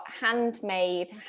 handmade